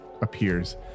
appears